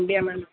அப்படியா மேம்